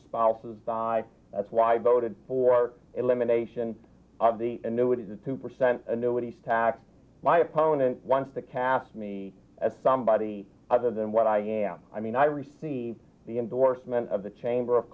spouses died that's why boated for elimination of the annuities the two percent annuities tax my opponent wants to cast me as somebody other than what i am i mean i received the endorsement of the chamber of